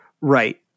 Right